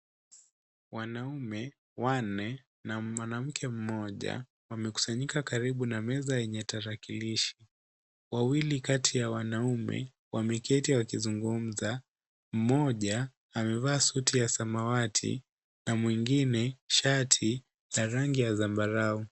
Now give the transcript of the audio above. Wanaume wanne na mwanamke mmoja wamekusanyika karibu na meza yenye tarakilishi. Wawili kati ya wanaume wameketi wakizungumza. Mmoja amevaa suti ya samawati na mwengine shati la rangi ya zambarau.